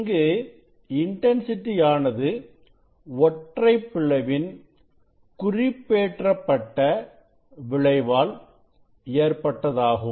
இங்கு இன்டன்சிட்டி ஆனது ஒற்றைப் பிளவின் குறிப்பேற்றப்பட்ட விளைவால் ஏற்பட்டதாகும்